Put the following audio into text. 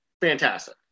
fantastic